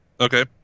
okay